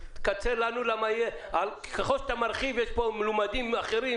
חוק המסגרת,